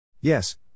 Yes